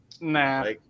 Nah